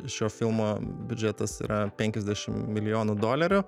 šio filmo biudžetas yra penkiasdešim milijonų dolerių